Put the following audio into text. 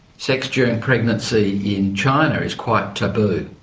sex during pregnancy in china is quite taboo,